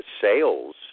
sales